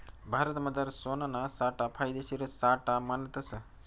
भारतमझार सोनाना साठा फायदेशीर साठा मानतस